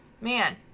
Man